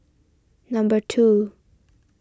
number two